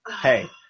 Hey